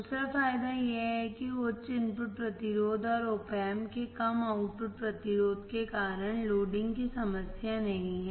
दूसरा फायदा यह है कि उच्च इनपुट प्रतिरोध और Op Amp के कम आउटपुट प्रतिरोध के कारण लोडिंग की समस्या नहीं है